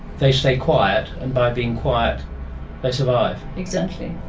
they stay quiet, and by being quiet they survive? exactly.